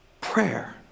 prayer